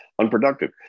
unproductive